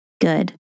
good